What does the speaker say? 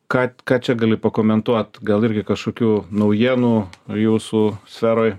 ką ką čia gali pakomentuot gal irgi kažkokių naujienų jūsų sferoj